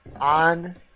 on